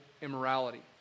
immorality